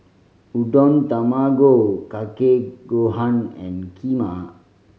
Udon Tamago Kake Gohan and Kheema